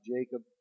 Jacob